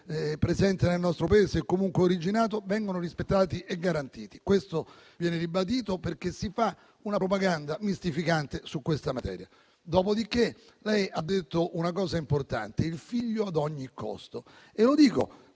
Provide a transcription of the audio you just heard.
presente nel nostro Paese, vengono rispettati e garantiti: questo viene ribadito, perché si fa una propaganda mistificante su questa materia. Dopodiché lei ha detto una cosa importante, parlando "del figlio ad ogni costo" e lo dico